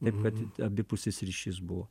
taip kad abipusis ryšys buvo